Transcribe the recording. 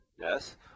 yes